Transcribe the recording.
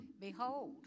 Behold